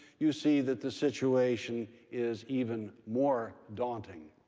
you see that the situation is even more daunting.